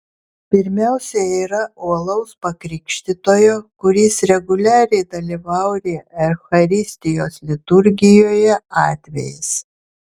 pirmiausia yra uolaus pakrikštytojo kuris reguliariai dalyvauja eucharistijos liturgijoje atvejis